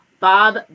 Bob